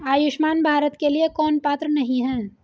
आयुष्मान भारत के लिए कौन पात्र नहीं है?